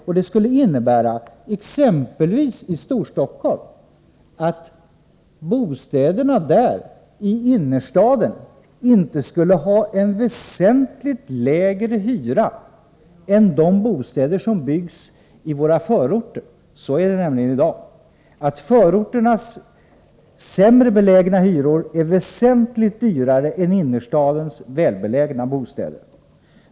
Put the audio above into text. Detta skulle exempelvis i Storstockholm innebära att bostäderna i innerstaden inte skulle ha en väsentligt lägre hyra än de bostäder som byggs i våra förorter. I dag är det nämligen så att förorternas sämre belägna bostäder är väsentligt dyrare än innerstadens välbelägna bostäder.